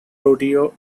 rodeo